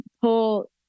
pull